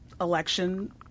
election